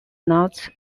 not